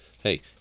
hey